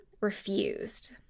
refused